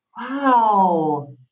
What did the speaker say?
wow